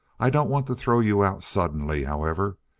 i don't want to throw you out suddenly, however.